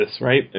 right